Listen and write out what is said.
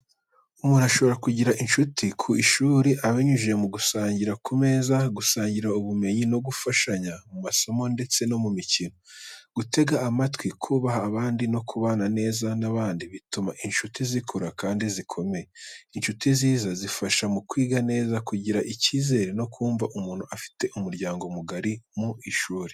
Umuntu ashobora kugira inshuti ku ishuri abinyujije mu gusangira ku meza, gusangira ubumenyi no gufashanya mu masomo ndetse no mu mikino. Gutega amatwi, kubaha abandi no kubana neza n’abandi bituma inshuti zikura kandi zikomeye. Inshuti nziza zifasha mu kwiga neza, kugira icyizere no kumva umuntu afite umuryango mugari mu ishuri.